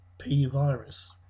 P-Virus